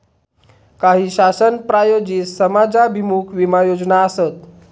काही शासन प्रायोजित समाजाभिमुख विमा योजना आसत